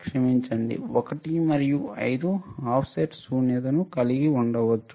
క్షమించండి 1 మరియు 5 Off set శూన్యతను కలిగి ఉండవచ్చు